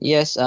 Yes